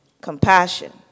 Compassion